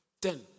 Ten